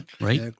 right